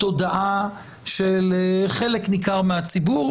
תודעה של חלק ניכר מהציבור.